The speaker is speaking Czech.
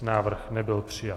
Návrh nebyl přijat.